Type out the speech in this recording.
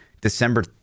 December